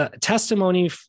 testimony